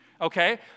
okay